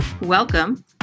Welcome